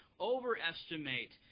overestimate